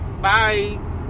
Bye